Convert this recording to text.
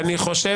אני מצטער.